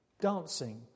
dancing